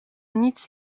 nic